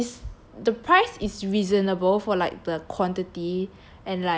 how to is the price is reasonable for like the quantity